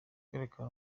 kwereka